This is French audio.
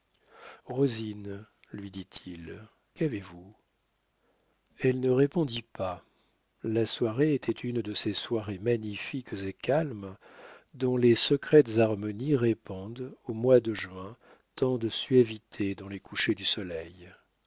rosine lui dit-il qu'avez-vous elle ne répondit pas la soirée était une de ces soirées magnifiques et calmes dont les secrètes harmonies répandent au mois de juin tant de suavité dans les couchers du soleil